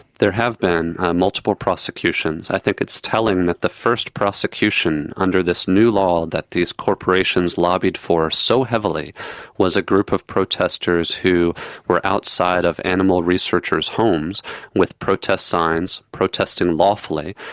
there have been multiple prosecutions. i think it's telling that the first prosecution under this new law that these corporations lobbied for so heavily was a group of protesters who were outside of animal researchers' homes with protest signs, protesting lawfully.